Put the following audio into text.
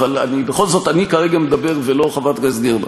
בכל זאת, כרגע אני מדבר ולא חברת הכנסת גרמן.